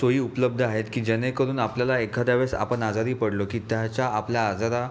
सोई उपलब्ध आहेत की जेणेकरून आपल्याला एखाद्या वेळेस आपण आजारी पडलो की त्याच्या आपल्या आजारा